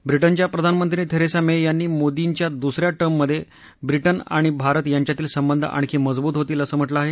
ब्रिटनच्या प्रधानमंत्री Theresa May यांनी मोदींच्या दुसऱ्या कार्यकालात ब्रिटन आणि भारत य़ांच्यातील संबंध आणखी मजबूत होतील असं म्हटलं आहे